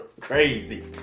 crazy